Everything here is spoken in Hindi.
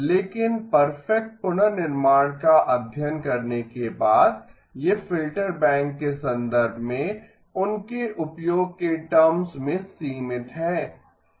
लेकिन परफेक्ट पुनर्निर्माण का अध्ययन करने के बाद ये फ़िल्टर बैंक के संदर्भ में उनके उपयोग के टर्म्स में सीमित हैं